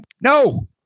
No